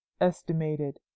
estimated